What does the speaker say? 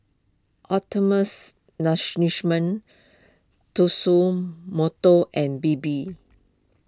Optimums Tatsumoto and Bebe